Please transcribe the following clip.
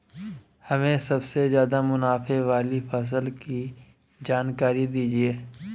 हमें सबसे ज़्यादा मुनाफे वाली फसल की जानकारी दीजिए